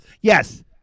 yes